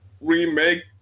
remake